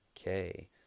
Okay